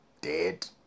dead